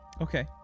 Okay